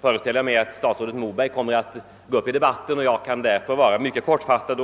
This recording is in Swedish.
föreställer jag mig att statsrådet Moberg kommer att deltaga i debatten, och jag kan därför vara mycket kortfattad.